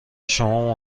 شما